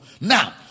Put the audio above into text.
Now